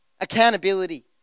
Accountability